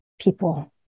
people